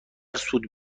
سود